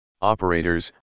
operators